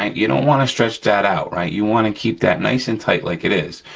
and you don't wanna stretch that out, right? you wanna keep that nice and tight like it is.